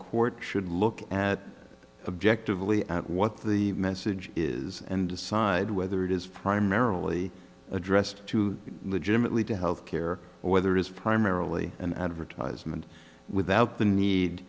court should look at objective lee at what the message is and decide whether it is primarily addressed to legitimately to health care whether it's primarily an advertisement without the need